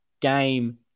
game